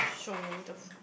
show me the f~